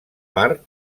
part